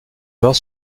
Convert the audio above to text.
savoir